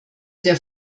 der